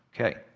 Okay